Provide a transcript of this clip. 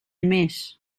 més